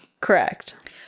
Correct